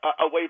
away